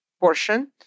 portion